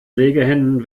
legehennen